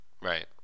Right